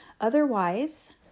Otherwise